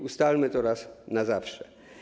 Ustalmy to raz na zawsze.